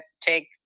take